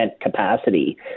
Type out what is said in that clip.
capacity